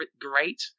great